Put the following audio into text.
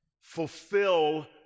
fulfill